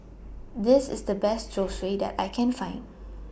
This IS The Best Zosui that I Can Find